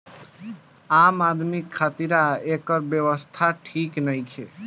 आम आदमी खातिरा एकर व्यवस्था ठीक नईखे